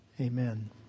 Amen